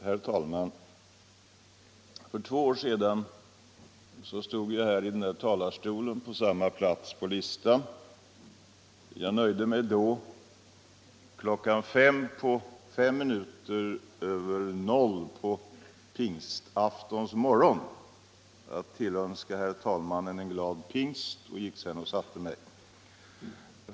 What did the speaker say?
Herr talman! För två år sedan stod jag i den här talarstolen med samma placering på talarlistan. Jag nöjde mig då, kl. 00.05 på pingstaftonens morgon, med att tillönska herr talmannen en glad pingst och gick sedan ner och satte mig.